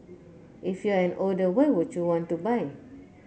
if you're an older why would you want to buy